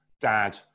dad